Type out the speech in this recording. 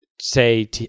say